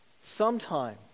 Sometime